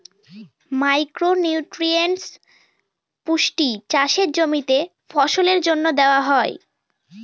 micro nutrients পুষ্টি চাষের জমিতে ফসলের জন্য দেওয়া হয়